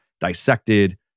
dissected